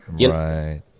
right